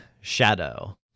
Shadow